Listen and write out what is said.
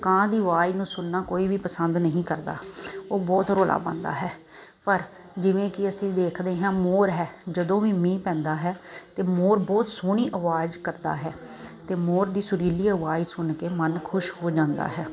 ਕਾਂ ਦੀ ਅਵਾਜ਼ ਨੂੰ ਸੁਣਨਾ ਕੋਈ ਵੀ ਪਸੰਦ ਨਹੀਂ ਕਰਦਾ ਉਹ ਬਹੁਤ ਰੋਲਾ ਪਾਉਂਦਾ ਹੈ ਪਰ ਜਿਵੇਂ ਕਿ ਅਸੀਂ ਦੇਖਦੇ ਹਾਂ ਮੋਰ ਹੈ ਜਦੋਂ ਵੀ ਮੀਂਹ ਪੈਂਦਾ ਹੈ ਅਤੇ ਮੋਰ ਬਹੁਤ ਸੋਹਣੀ ਅਵਾਜ਼ ਕਰਦਾ ਹੈ ਅਤੇ ਮੋਰ ਦੀ ਸੁਰੀਲੀ ਅਵਾਜ਼ ਸੁਣ ਕੇ ਮਨ ਖੁਸ਼ ਹੋ ਜਾਂਦਾ ਹੈ